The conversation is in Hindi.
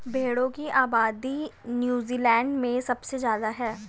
भेड़ों की आबादी नूज़ीलैण्ड में सबसे ज्यादा है